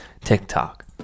TikTok